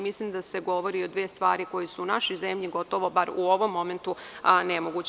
Mislim da se govori o dve stvari koje su u našoj zemlji gotovo, bar u ovom momentu, nemoguće.